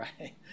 right